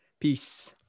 Peace